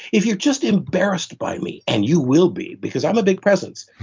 if you're just embarrassed by me, and you will be, because i'm a big presence, i